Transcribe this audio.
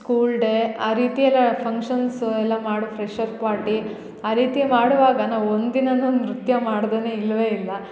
school day ಆ ರೀತಿ ಎಲ್ಲ ಫಂಕ್ಷನ್ಸ್ ಎಲ್ಲ ಮಾಡು ಫ್ರೆಷ್ಅಪ್ ಪಾರ್ಟಿ ಆ ರೀತಿ ಮಾಡುವಾಗ ನಾವು ಒಂದು ದಿನನೂ ನೃತ್ಯ ಮಾಡ್ದನೆ ಇಲ್ವೆ ಇಲ್ಲ